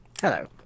Hello